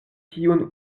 tiun